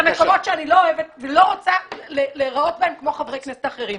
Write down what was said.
למקומות שאני לא אוהבת ולא רוצה להיראות בהם כמו חברי כנסת אחרים.